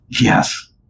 Yes